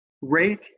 Rate